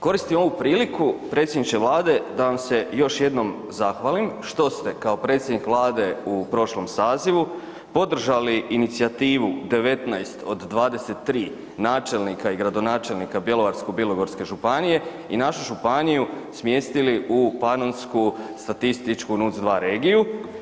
Koristim ovu priliku predsjedniče Vlade da vam se još jednom zahvalim što ste kao predsjednik Vlade u prošlom sazivu podržali inicijativu 19 od 23 načelnika i gradonačelnika Bjelovarsko-bilogorske županije i našu županiju smjestili u panonsku statističku … regiju.